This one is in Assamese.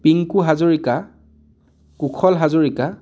পিংকু হাজৰিকা কুশল হাজৰিকা